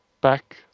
back